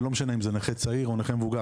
וזה לא משנה אם זה נכה צעיר או נכה מבוגר,